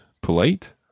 Polite